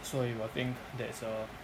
so you will think that's err